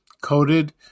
coated